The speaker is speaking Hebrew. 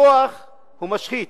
כוח הוא משחית.